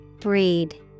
Breed